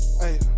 hey